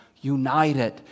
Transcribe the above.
united